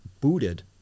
booted